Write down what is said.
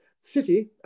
city